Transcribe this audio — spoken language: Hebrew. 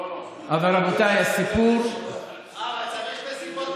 שמרת לנו על אביתר, ובזכותך באמת תהיה בה ישיבה,